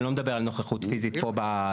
אני לא מדבר על נוכחות פיזית פה.